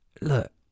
look